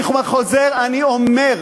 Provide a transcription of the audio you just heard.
אני חוזר, אני אומר,